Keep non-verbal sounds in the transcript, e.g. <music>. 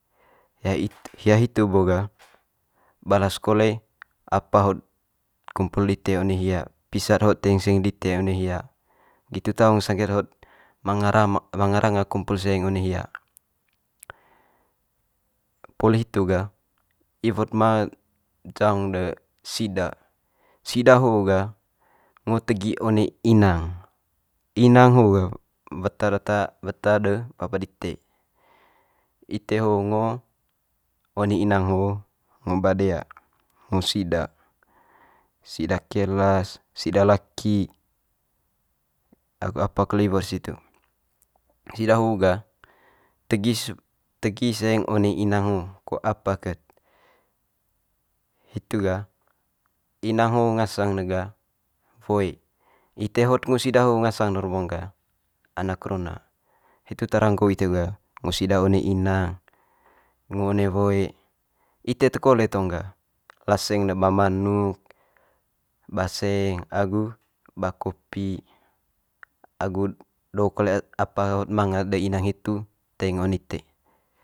Hia hia hitu bo ga balas kole apa hot kumpul dite one hia pisa'd hot teing seng dite one hia, nggitu taung sangge't hot manga <unintelligible> manga ranga kumpul seng one hia. Poli hitu ga iwo'd ma jaong de sida, sida ho ga ngo tegi one inang, inang ho ga weta data weta de bapa dite. Ite ho ngo one inang ho ngo ba dea, ngo sida. Sida kelas, sida laki agu apa kole iwo'r situ. Sida ho ga tegi <unintelligible> tegi seng one inang ho ko apa ket. Hitu ga iang ho ngasang ne ga woe, ite hot ngo sida ho ngasang ne rebaong ga anak rona. Hitu tara nggo ite ga ngo sida one inang ngo one woe, ite te kole tong ga laseng ne ba manuk ba seng agu ba kopi agu do kole apa hot manga de inang hitu teing one ite.